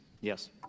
yes